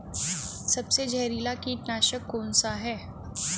सबसे जहरीला कीटनाशक कौन सा है?